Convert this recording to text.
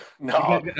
No